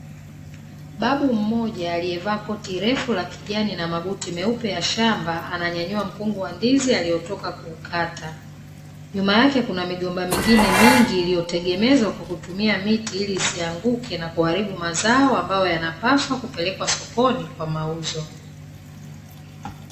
Babu mmoja aliyevaa koti refu la kijani na mabuti meupe ya shamba, alietoka kuukata ananyanyua mkungu wa ndizi aliyetoka kuukata. Nyuma yake kuna migomba mingine iliyotegemezwa kwa kutumia miti ili isianguke na kuharibu mazao ambayo yanapaswa kupelelwa sokoni kwa ajili ya mauzo.